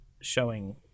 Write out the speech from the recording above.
showing